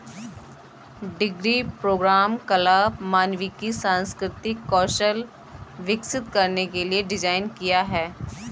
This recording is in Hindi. डिग्री प्रोग्राम कला, मानविकी, सांस्कृतिक कौशल विकसित करने के लिए डिज़ाइन किया है